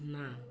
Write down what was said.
ନା